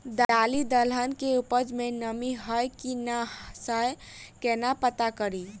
दालि दलहन केँ उपज मे नमी हय की नै सँ केना पत्ता कड़ी?